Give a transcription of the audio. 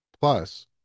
Plus